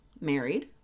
married